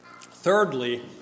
Thirdly